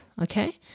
okay